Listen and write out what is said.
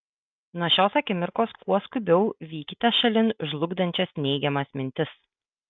nuo šios akimirkos kuo skubiau vykite šalin žlugdančias neigiamas mintis